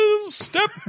step